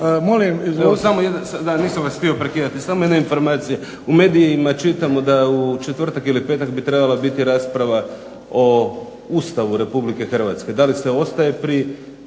(IDS)** Nisam vas htio prekidati samo jedna informacija. U medijima čitamo da u četvrtak ili petak bi trebala biti rasprava o Ustavu Republike Hrvatske, da li se ostaje pri